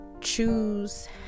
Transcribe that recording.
choose